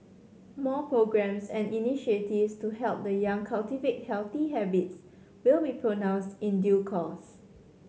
more programmes and initiatives to help the young cultivate healthy habits will be pronounced in due course